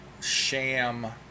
sham